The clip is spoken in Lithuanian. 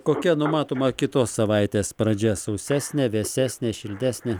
kokia numatoma kitos savaitės pradžia sausesnė vėsesnė šiltesnė